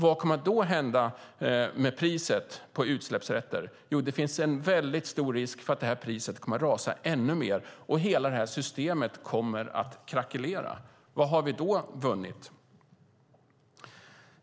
Vad kommer då att hända med priset på utsläppsrätter? Jo, det finns stor risk att priset kommer att rasa ännu mer, och hela systemet kommer att krackelera. Vad har vi då vunnit?